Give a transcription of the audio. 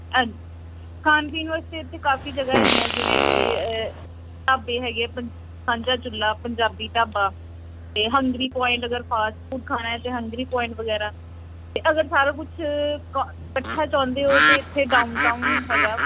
ਹਾਂਜੀ ਖਾਣ ਪੀਣ ਵਾਸਤੇ ਇੱਥੇ ਕਾਫੀ ਜਗ੍ਹਾ ਹੈਗੀਆਂ ਜਿਵੇਂ ਕਿ ਢਾਬੇ ਹੈਗੇ ਪਨ ਸਾਂਝਾ ਚੁੱਲ੍ਹਾ ਪੰਜਾਬੀ ਢਾਬਾ ਅਤੇ ਹੰਗਰੀ ਪੁਆਇੰਟ ਅਗਰ ਫਾਸਟ ਫੂਡ ਖਾਣਾ ਹੈ ਤਾਂ ਹੰਗਰੀ ਪੁਆਇੰਟ ਵਗੈਰਾ ਅਤੇ ਅਗਰ ਸਾਰਾ ਕੁਛ ਕੋ ਇਕੱਠਾ ਚਾਹੁੰਦੇ ਹੋ ਤਾਂ ਇੱਥੇ ਡਾਊਨ ਟਾਊਨ ਹੈਗਾ